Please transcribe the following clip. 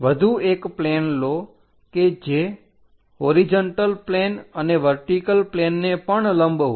વધુ એક પ્લેન લો કે જે હોરીજન્ટલ પ્લેન અને વર્ટીકલ પ્લેનને પણ લંબ હોય